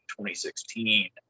2016